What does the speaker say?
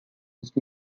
used